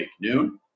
noon